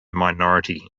minority